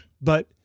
But-